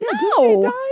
No